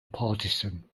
partisan